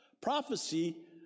prophecy